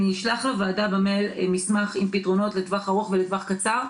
אני אשלח לו לוועדה במייל מסמך עם פתרונות לטווח ארוך ולטווח קצר.